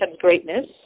greatness